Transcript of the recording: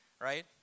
right